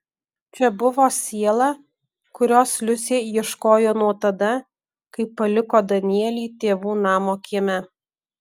čia buvo siela kurios liusė ieškojo nuo tada kai paliko danielį tėvų namo kieme